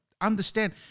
understand